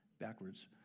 Backwards